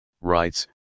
rights